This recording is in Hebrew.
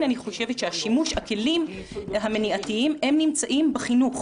אני חושבת שהכלים המניעתיים נמצאים בחינוך.